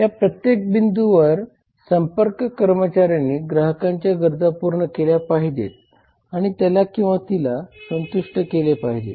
या प्रत्येक बिंदूवर संपर्क कर्मचाऱ्यांनी ग्राहकाच्या गरजा पूर्ण केल्या पाहिजेत आणि त्याला किंवा तिला संतुष्ट केले पाहिजे